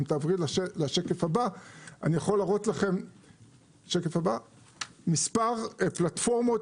אני יכול להראות לכם מספר פלטפורמות